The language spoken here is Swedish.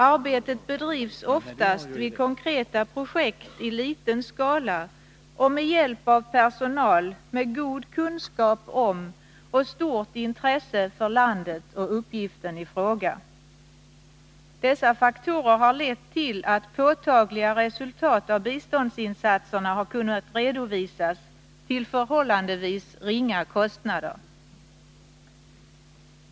Arbetet bedrivs oftast vid konkreta projekt i liten skala och med hjälp av personal med god kunskap om och stort intresse för landet och uppgiften i fråga. Dessa faktorer har lett till att påtagliga resultat av biståndsinsatserna har kunnat redovisas till förhållandevis ringa kostnader.